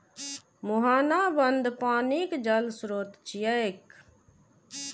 मुहाना बंद पानिक जल स्रोत छियै